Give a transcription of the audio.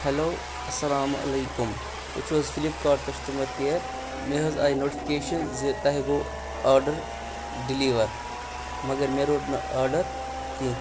hello السَلامُ علیکُم تُہۍ چھُو حظ فِلِپکارٹ کَسٹمَر کِیَر مےٚ حظ آیہِ نوٹفِکیشَن زِ تۄہہِ گوٚو آرڈَر ڈیٚلِوَر مگر مےٚ روٚٹ نہٕ آرڈَر کیٚنٛہہ